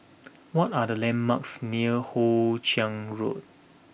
what are the landmarks near Hoe Chiang Road